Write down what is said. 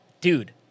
Dude